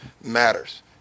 matters